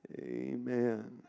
Amen